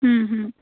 হুম হুম